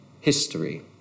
history